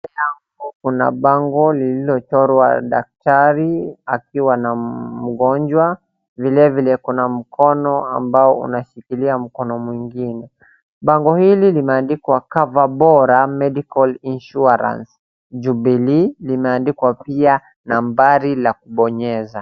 Mbele yangu kuna bango lililochorwa daktari akiwa na mgonjwa. vilevile kuna mkono ambao unashikilia mkono mwingine. Bango hili limeandikwa COVERBORA MEDICAL INSURANCE jubilee .Limeandikwa pia nambari la kubonyeza.